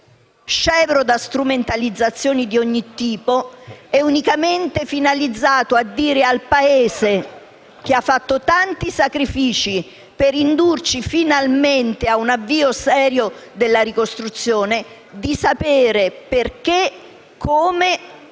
scevro da strumentalizzazioni di ogni tipo e unicamente finalizzato a dire al Paese, che ha sostenuto tanti sacrifici per indurci finalmente a un avvio serio della ricostruzione, perché, come e